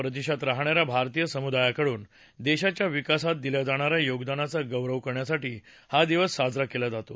परदेशात राहणाऱ्या भारतीय समुदायाकडून देशाच्या विकासात दिल्या जाणाऱ्या योगदानाचा गौरव करण्यासाठी हा दिवस साजरा केला जातो